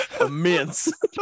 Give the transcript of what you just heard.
immense